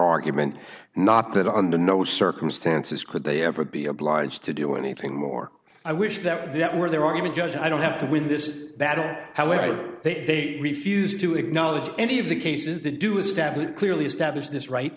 argument not that under no circumstances could they ever be obliged to do anything more i wish that that where there are even judges i don't have to win this battle however they refused to acknowledge any of the cases they do establish clearly established this right